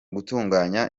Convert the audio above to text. gutunganya